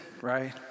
right